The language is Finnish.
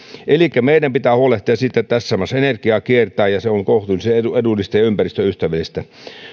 elikkä meidän pitää huolehtia siitä että tässä maassa energia kiertää ja se on kohtuullisen edullista ja ympäristöystävällistä